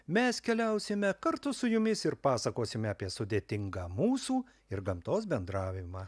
mes keliausime kartu su jumis ir pasakosime apie sudėtingą mūsų ir gamtos bendravimą